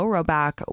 Rowback